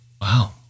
Wow